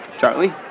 Charlie